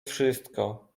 wszystko